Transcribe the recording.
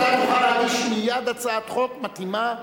אתה תוכל להגיש מייד הצעת חוק מתאימה,